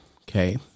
okay